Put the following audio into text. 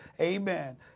Amen